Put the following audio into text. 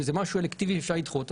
אם זה משהו אלקטיבי שאפשר לדחות,